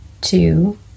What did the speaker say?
two